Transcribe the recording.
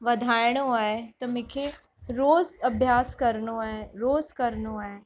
वधाइणो आहे त मूंखे रोज़ अभ्यासु करिणो आहे रोज़ु करिणो आहे